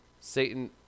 Satan